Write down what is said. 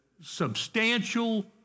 substantial